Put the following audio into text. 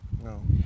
No